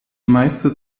meiste